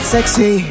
sexy